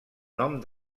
nom